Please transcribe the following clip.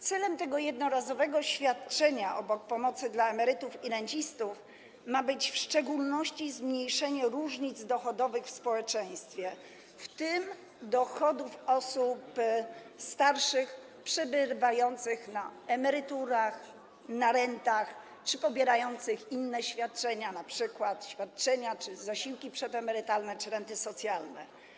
Celem tego jednorazowego świadczenia obok pomocy dla emerytów i rencistów ma być w szczególności zmniejszenie różnic dochodowych w społeczeństwie, w tym w odniesieniu do dochodów osób starszych przebywających na emeryturach, na rentach czy pobierających inne świadczenia, np. świadczenia czy zasiłki przedemerytalne czy renty socjalne.